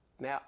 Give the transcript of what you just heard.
Now